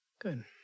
Good